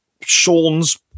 sean's